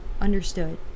understood